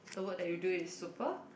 the work that you do is super